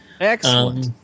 Excellent